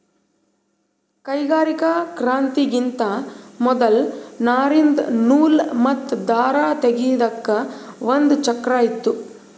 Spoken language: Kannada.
ಕೈಗಾರಿಕಾ ಕ್ರಾಂತಿಗಿಂತಾ ಮೊದಲ್ ನಾರಿಂದ್ ನೂಲ್ ಮತ್ತ್ ದಾರ ತೇಗೆದಕ್ ಒಂದ್ ಚಕ್ರಾ ಇತ್ತು